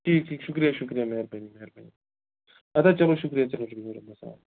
ٹھیٖک ٹھیٖک شُکریہ شُکریہ مہربٲنی مہربٲنی اَدٕ حظ چلو شُکریہ چلو شُکریہ رۅبَس حوال